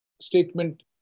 statement